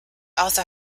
also